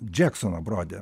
džeksoną brodę